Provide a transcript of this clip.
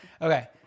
Okay